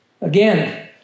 Again